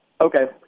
okay